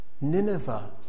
Nineveh